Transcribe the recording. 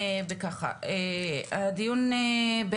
הדיון.